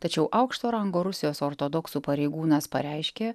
tačiau aukšto rango rusijos ortodoksų pareigūnas pareiškė